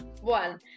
one